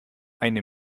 eine